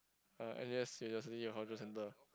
uh N_U_S seriously your hawker-centre